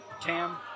Cam